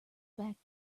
back